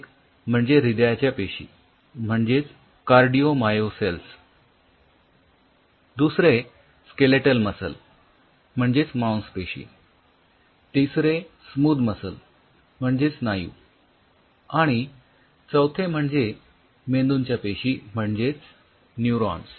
एक म्हणजे हृदयाच्या पेशी म्हणजेच कार्डिओ मायोसेल्स दुसरे स्केलेटल मसल म्हणजेच मांसपेशी तिसरे स्मूथ मसल म्हणजेच स्नायू आणि चौथे म्हणजे मेंदूच्या पेशी म्हणजेच न्यूरॉन्स